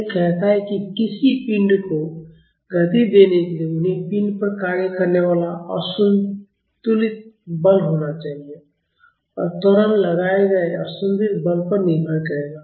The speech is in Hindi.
यह कहता है कि किसी पिंड को गति देने के लिए उन्हें पिंड पर कार्य करने वाला असंतुलित बल होना चाहिए और त्वरण लगाए गए असंतुलित बल पर निर्भर करेगा